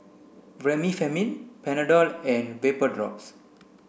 Remifemin Panadol and Vapodrops